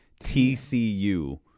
TCU